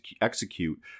execute